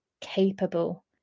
capable